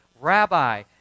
Rabbi